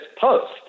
post